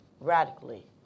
Radically